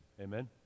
Amen